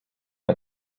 bei